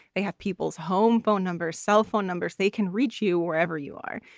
they have people's home phone numbers, cell phone numbers. they can reach you wherever you are.